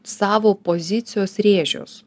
savo pozicijos rėžius